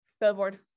billboard